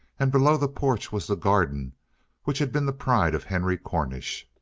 and below the porch was the garden which had been the pride of henry cornish.